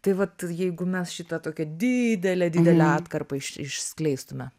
tai vat jeigu mes šitą tokią didelę didelę atkarpą išskleistume